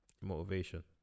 motivation